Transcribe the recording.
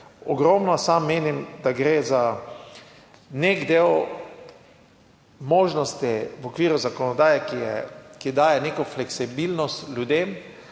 ogromno. Sam menim, da gre za nek del možnosti v okviru zakonodaje, ki daje neko fleksibilnost ljudem.